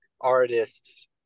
artists